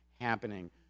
happening